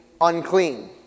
unclean